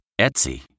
Etsy